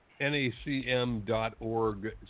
NACM.org